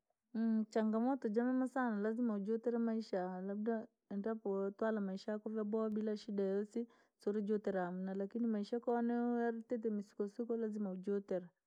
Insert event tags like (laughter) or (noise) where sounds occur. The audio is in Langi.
(hesitation) changamoto jamema saana, lazima ujue turimaisha labda endapo wootwala maisha yako vyaboowa bila shida yoosi, siurijutila hamna lakini maisha kone yatile misukosuko lazima ujutele.